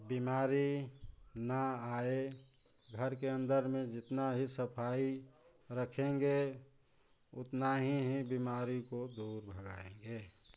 बीमारी ना आए घर के अंदर में जितना ही सफाई रखेंगे उतना ही ही बीमारी को दूर भगाएँगे